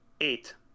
Eight